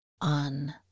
on